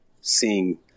seeing